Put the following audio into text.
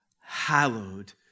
hallowed